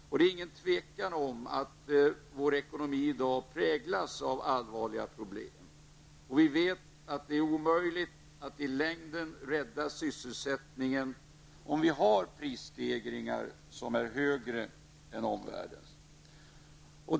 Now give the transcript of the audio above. Det råder inget tvivel om att Sveriges ekonomi präglas av allvarliga problem. Vi vet att det i längden är omöjligt att rädda sysselsättningen om prisstegringarna är högre än i omvärlden.